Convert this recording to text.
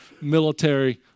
military